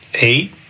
eight